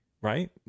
right